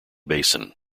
basin